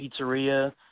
pizzeria